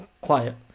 quiet